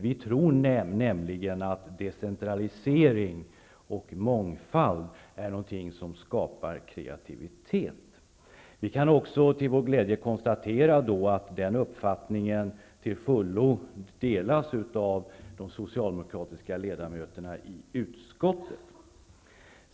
Vi tror nämligen att decentralisering och mångfald är någonting som skapar kreativitet. Vi kan också till vår glädje konstatera att den uppfattningen till fullo delas av de socialdemokratiska ledamöterna i utskottet.